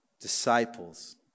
disciples